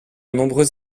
nombreux